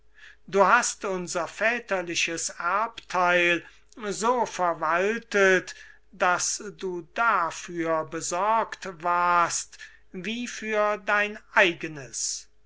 du hast unser väterliches erbtheil so verwaltet daß du dafür besorgt warst wie für dein eigenes